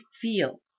feel